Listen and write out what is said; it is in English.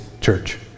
church